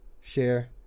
share